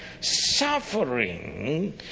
suffering